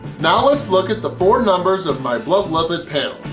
now let's look at the four numbers of my blood lipid panel.